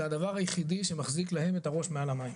זה הדבר היחידי שמחזיק להם את הראש מעל המים.